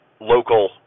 local